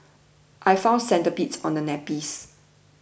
I found centipedes on the nappies